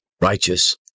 righteous